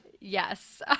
Yes